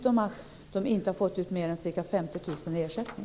De har inte fått ut mer än ca 50 000 i ersättning.